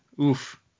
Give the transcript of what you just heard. Oof